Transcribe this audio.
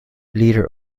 leader